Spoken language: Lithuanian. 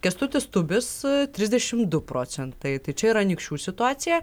kęstutis tubis trisdešimt du procentai tai čia yra anykščių situacija